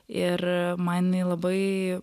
ir man jinai labai